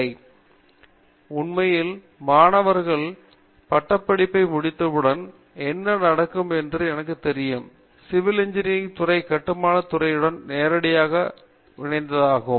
பேராசிரியர் பிரதாப் ஹரிதாஸ் எனவே உண்மையில் மாணவர்கள் பட்டப்படிப்பை முடித்தவுடன் என்ன நடக்கும் என்று எனக்குத் தெரியும் சிவில் இன்ஜினியரிங் துறை கட்டுமான தொழில்துறையுடன் நேரடியாக இணைத்த ஒன்றாகும்